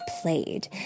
played